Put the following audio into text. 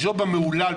הג'וב המהולל,